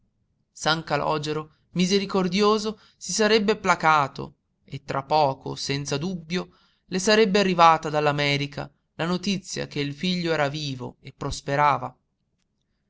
san calògero misericordioso si sarebbe placato e tra poco senza dubbio le sarebbe arrivata dall'america la notizia che il figlio era vivo e prosperava